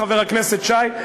חבר הכנסת שי,